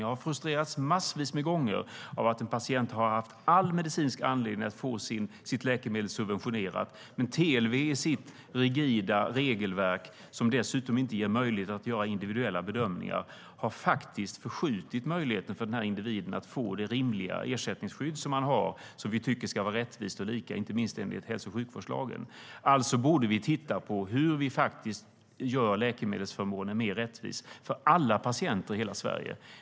Det har frustrerat mig massvis med gånger att en patient har haft all medicinsk anledning att få sitt läkemedel subventionerat men att TLV i sitt rigida regelverk, som dessutom inte ger möjlighet till individuella bedömningar, har förskjutit möjligheten för den individen att få det rimliga ersättningsskydd som finns och som vi tycker ska vara rättvist och lika, inte minst enligt hälso och sjukvårdslagen. Alltså borde vi titta på hur vi gör läkemedelsförmånen mer rättvis för alla patienter i hela Sverige.